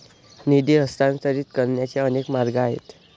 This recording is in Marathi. निधी हस्तांतरित करण्याचे अनेक मार्ग आहेत